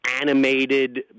animated